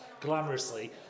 glamorously